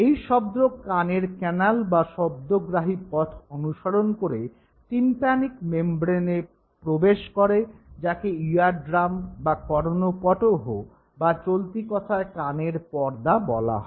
এই শব্দ কানের ক্যানাল বা শব্দগ্রাহী পথ অনুসরণ করে টিম্প্যানিক মেমব্রেনে প্রবেশ করে যাকে ইয়ারড্রাম বা কর্ণপটহ বা চলতি কথায় কানের পর্দা বলা হয়